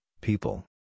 people